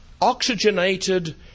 oxygenated